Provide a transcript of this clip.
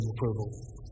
approval